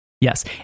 yes